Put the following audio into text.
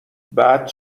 بعد